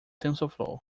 tensorflow